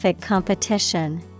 competition